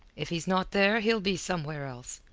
if he's not there, he'll be somewhere else.